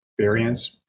variants